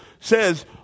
says